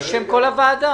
בשם כל הוועדה.